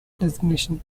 designation